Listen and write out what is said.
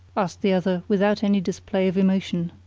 asked the other, without any display of emotion.